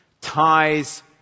ties